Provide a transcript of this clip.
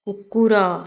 କୁକୁର